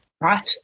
Right